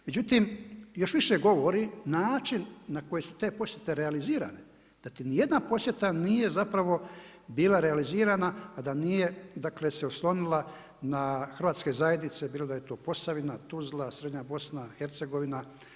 Međutim, još više govori način na koji su te posjete realizirane da nijedna posjeta nije bila realizirana a da nije se oslonila da hrvatske zajednice bilo da je to Posavina, Tuzla, srednja Bosna, Hercegovina.